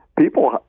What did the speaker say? People